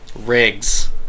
Rigs